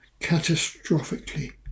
catastrophically